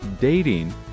Dating